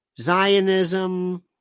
Zionism